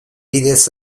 bidez